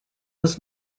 was